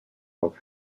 look